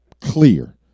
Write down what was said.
clear